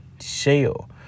shell